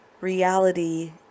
reality